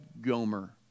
Gomer